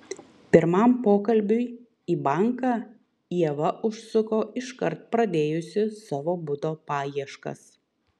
pirmam pokalbiui į banką ieva užsuko iškart pradėjusi savo buto paieškas